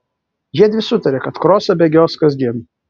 jiedvi sutarė kad krosą bėgios kasdien